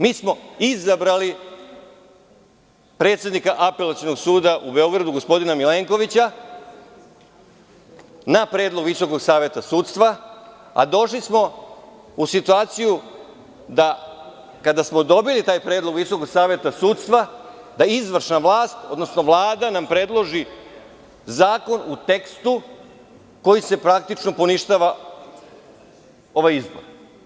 Mi smo izabrali predsednika Apelacionog suda u Beogradu, gospodina Milenkovića na predlog Visokog saveta sudstva, a došli smo u situaciju da kada smo dobili taj predlog od Visokog saveta sudstva, da izvršna vlast, odnosno Vlada nam predloži zakon u tekstu kojim se praktično poništava ovaj izbor.